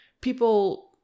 people